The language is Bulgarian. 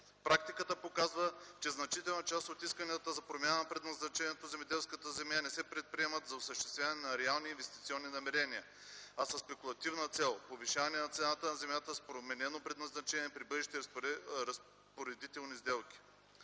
Практиката показва, че значителна част от исканията за промяна на предназначението на земеделски земи не се предприемат за осъществяване на реални инвестиционни намерения, а със спекулативна цел – повишаване на цената на земята с променено предназначение при бъдещи разпоредителни сделки.